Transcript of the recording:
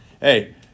hey